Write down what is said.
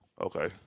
Okay